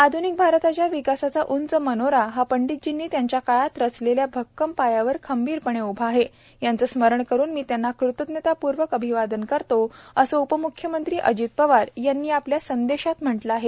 आध्निक भारताच्या विकासाचा उंच मनोरा हा पंडितजींनी त्याकाळात रचलेल्या भक्कम पायावर खंबीरपणे उभा आहे याचं स्मरण करुन मी त्यांना कृतजतापूर्वक अभिवादन करतो असे उपम्ख्यमंत्री अजित पवार यांनी आपल्या संदेशात म्हंटलं आहे